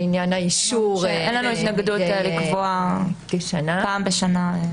לעניין האישור --- אין לנו התנגדות לקבוע פעם בשנה.